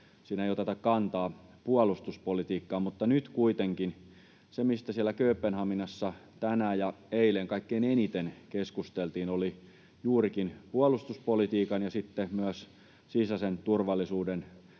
lailla oteta kantaa puolustuspolitiikkaan, mutta nyt kuitenkin se, mistä siellä Kööpenhaminassa tänään ja eilen kaikkein eniten keskusteltiin, oli juurikin puolustuspolitiikan ja myös sisäisen turvallisuuden